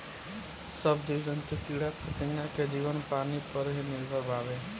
सब जीव जंतु कीड़ा फतिंगा के जीवन पानी पर ही निर्भर बावे